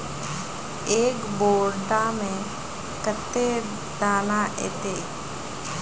एक बोड़ा में कते दाना ऐते?